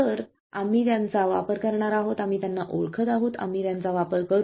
तर आम्ही त्यांचा वापर करणार आहोत आम्ही त्यांना ओळखत आहोत आम्ही त्यांचा वापर करू